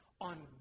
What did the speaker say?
on